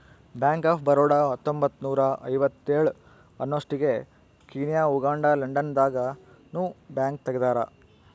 bank of Baroda ಹತ್ತೊಂಬತ್ತ್ನೂರ ಐವತ್ತೇಳ ಅನ್ನೊಸ್ಟಿಗೆ ಕೀನ್ಯಾ ಉಗಾಂಡ ಲಂಡನ್ ದಾಗ ನು ಬ್ಯಾಂಕ್ ತೆಗ್ದಾರ